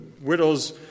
widows